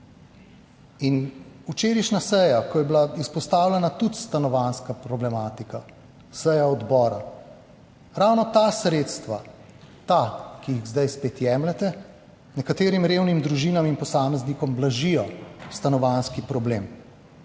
In včerajšnja seja, ko je bila izpostavljena tudi stanovanjska problematika seje odbora, ravno ta sredstva, ta, ki jih zdaj spet jemljete nekaterim revnim družinam in posameznikom, blažijo stanovanjski problem,